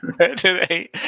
Today